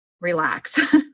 relax